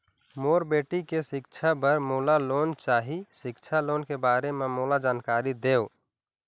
मोर बेटी के सिक्छा पर मोला लोन चाही सिक्छा लोन के बारे म मोला जानकारी देव?